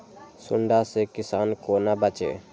सुंडा से किसान कोना बचे?